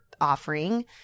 offering